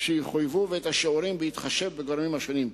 שיחויבו ואת השיעורים, בהתחשב בגורמים השונים.